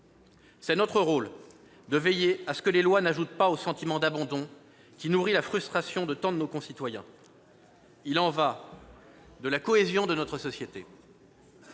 C'est notre rôle de veiller à ce que les lois n'ajoutent pas au sentiment d'abandon qui nourrit la frustration de tant de nos concitoyens. Il y va de la cohésion de notre société.